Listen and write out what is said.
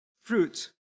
fruit